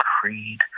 creed